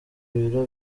ibiro